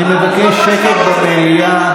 אני מבקש שקט במליאה,